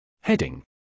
Heading